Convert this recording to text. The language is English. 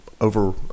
over